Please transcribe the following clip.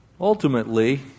ultimately